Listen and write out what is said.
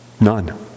None